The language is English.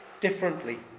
differently